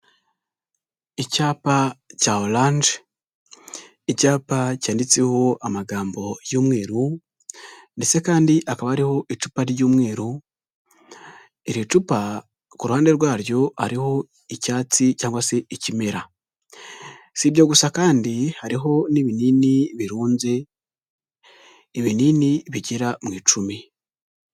Icyapa cya oranje, icyapa cyanditseho amagambo y'umweru ndetse kandi akaba ariho icupa ry'umweru, iri cupa ku ruhande rwaryo hariho icyatsi cyangwa se ikimera, si ibyo gusa kandi hariho n'ibinini birunze, ibinini bigera mu icumi.